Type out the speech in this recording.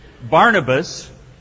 Barnabas